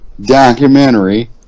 documentary